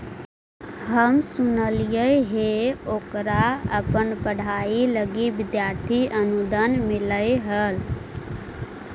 हम सुनलिइ हे ओकरा अपन पढ़ाई लागी विद्यार्थी अनुदान मिल्लई हल